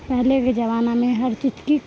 پہلے کے زمانہ میں ہر چیز کی